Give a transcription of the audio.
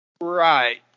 Right